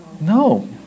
No